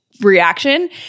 reaction